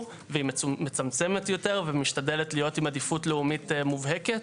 והיא מצמצמת יותר ומשתדלת להיות עם עדיפות לאומית מובהקת.